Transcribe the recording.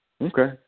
Okay